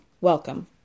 Welcome